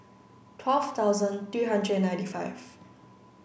twelfth thousand three hundred ninty five